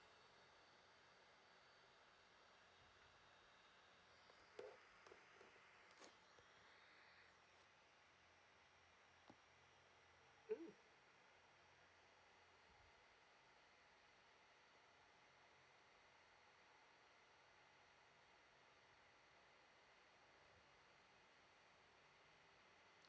mm